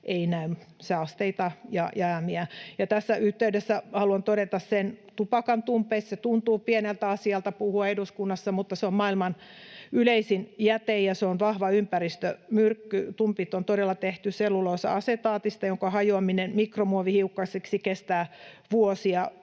ei näy, saasteita ja jäämiä. Tässä yhteydessä haluan todeta sen, että tuntuu pieneltä asialta puhua tupakantumpeista eduskunnassa, mutta se on maailman yleisin jäte, ja se on vahva ympäristömyrkky. Tumpit on todella tehty selluloosa-asetaatista, jonka hajoaminen mikromuovihiukkasiksi kestää vuosia,